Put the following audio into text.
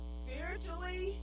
spiritually